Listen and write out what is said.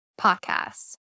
podcasts